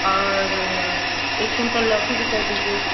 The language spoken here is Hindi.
और एक कुंटल लौकी भी कर दीजिए